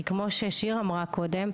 כי כמו ששיר אמרה קודם,